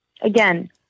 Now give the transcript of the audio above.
again